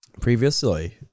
previously